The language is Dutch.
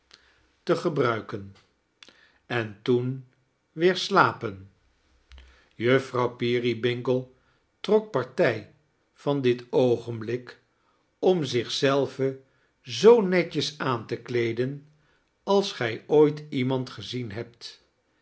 te gebruiken en toen weer slapen juffrouw peerybingle trok partij van dit oogenblik om zich zelve zoo netjes aan te kleeden als gij ooit iemand gezien hebt